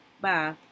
Bye